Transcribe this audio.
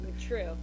True